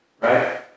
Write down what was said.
right